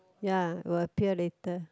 ya will appear later